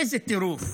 איזה טירוף.